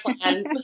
plan